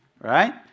right